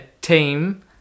team